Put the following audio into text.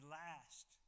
last